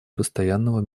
постоянного